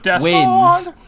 wins